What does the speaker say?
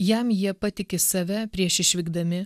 jam jie patiki save prieš išvykdami